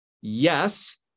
yes